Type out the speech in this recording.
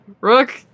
Rook